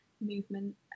movement